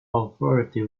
authority